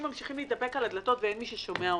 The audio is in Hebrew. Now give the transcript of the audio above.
ממשיכים להידפק על הדלתות ואין מי ששומע אותם.